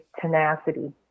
tenacity